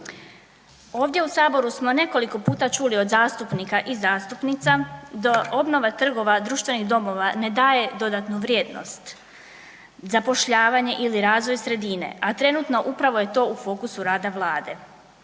Ovdje u saboru smo nekoliko puta čuli od zastupnika i zastupnica da obnova trgova, društvenih domova, ne daje dodatnu vrijednost, zapošljavanje ili razvoj sredine, a trenutno upravo je to u fokusu rada vlade.